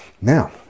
now